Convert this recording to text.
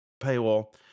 paywall